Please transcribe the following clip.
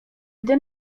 gdy